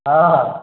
हँ